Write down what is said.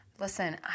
Listen